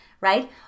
right